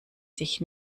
sich